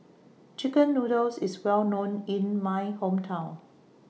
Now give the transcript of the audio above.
Chicken Noodles IS Well known in My Hometown